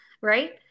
right